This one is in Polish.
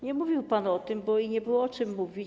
Nie mówił pan o tym, bo i nie było o czym mówić.